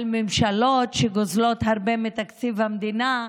על ממשלות שגוזלות הרבה מתקציב המדינה,